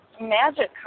magic